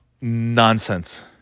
nonsense